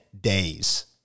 days